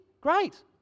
great